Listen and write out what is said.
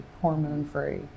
hormone-free